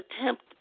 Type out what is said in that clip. attempt